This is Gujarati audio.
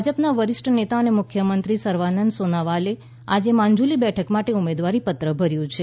ભાજપના વરિષ્ઠ નેતા અને મુખ્યમંત્રી સર્વાનંદ સોનોવાલે આજે માજુલી બેઠક માટે ઉમેદવારી પત્ર ભર્યું છે